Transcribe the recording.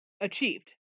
achieved